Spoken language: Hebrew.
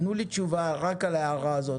תנו לי תשובה רק על ההערה הזאת.